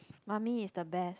mummy is the best